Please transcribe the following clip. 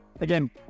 again